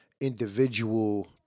individual